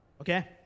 okay